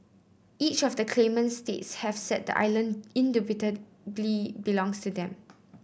each of the claimant states have said the island indubitably belongs to them